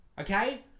Okay